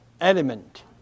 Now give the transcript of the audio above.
element